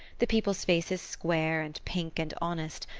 the people's faces square and pink and honest,